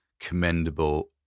commendable